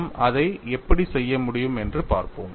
நாம் அதை எப்படி செய்ய முடியும் என்று பார்ப்போம்